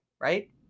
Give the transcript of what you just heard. Right